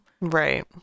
right